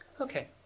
Okay